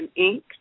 Inc